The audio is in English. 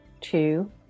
two